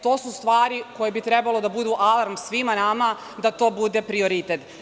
To su stvari koje bi trebalo da budu alarm svima nama, da to bude prioritet.